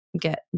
get